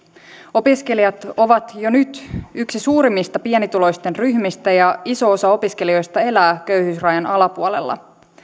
opiskelijat ovat jo nyt yksi suurimmista pienituloisten ryhmistä ja iso osa opiskelijoista elää köyhyysrajan alapuolella